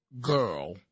girl